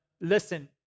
Listen